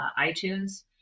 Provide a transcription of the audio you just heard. iTunes